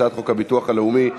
הצעת חוק הביטוח הלאומי (תיקון,